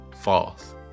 False